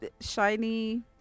Shiny